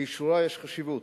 לאשרורה יש חשיבות,